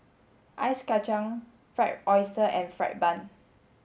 Ice Kachang fried oyster and fried bun